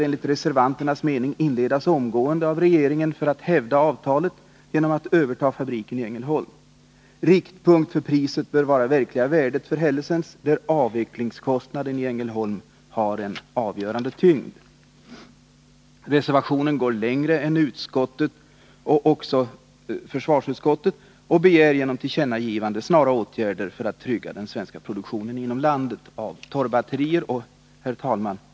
Enligt reservanternas mening bör regeringen omgående inleda förhandlingar för att hävda avtalet genom att överta fabriken i Ängelholm. Riktpunkt för priset bör vara verkliga värdet för Hellesens, varvid avvecklingskostnaden i Ängelholm har en avgörande tyngd. Reservationen går längre än utskottet — och även försvarsutskottet — och begär genom tillkännagivande snara åtgärder för att trygga den svenska produktionen av torrbatterier inom landet. Herr talman!